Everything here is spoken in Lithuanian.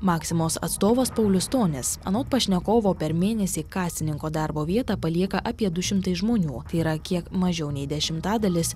maximos atstovas paulius stonis anot pašnekovo per mėnesį kasininko darbo vietą palieka apie du šimtai žmonių tai yra kiek mažiau nei dešimtadalis